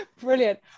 brilliant